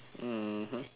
mmhmm